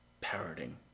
parroting